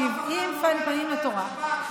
שבעים פנים לתורה.